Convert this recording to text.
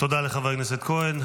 תודה לחבר הכנסת כהן.